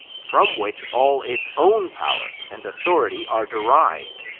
from which all its own power and authority are derived,